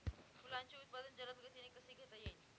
फुलांचे उत्पादन जलद गतीने कसे घेता येईल?